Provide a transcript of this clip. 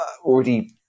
already